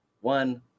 one